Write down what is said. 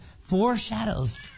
foreshadows